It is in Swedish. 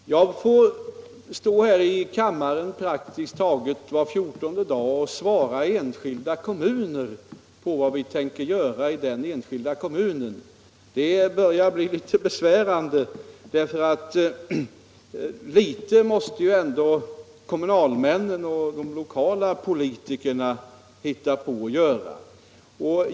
Herr talman! Jag får stå här i kammaren praktiskt taget var fjortonde dag och svara företrädare för enskilda kommuner på frågor om vad vi tänker göra för den och den kommunen. Det börjar bli litet besvärande, för litet måste ju ändå kommunalmännen och de lokala politikerna hitta på själva.